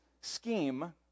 scheme